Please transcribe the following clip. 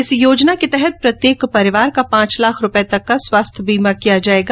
इस योजना के तहत प्रत्येक परिवार का पांच लाख रुपये तक का स्वास्थ्य बीमा किया जाएगा